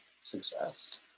success